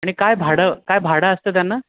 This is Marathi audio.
आणि काय भाडं काय भाडं असतं त्यांना